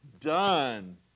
done